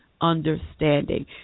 understanding